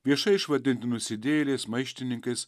viešai išvadinti nusidėjėliais maištininkais